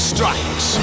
Strikes